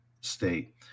state